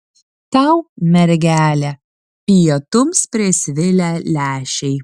tau mergele pietums prisvilę lęšiai